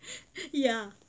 yeah